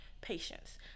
patience